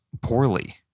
poorly